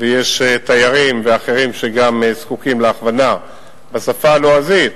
ויש תיירים ואחרים שגם זקוקים להכוונה בשפה הלועזית,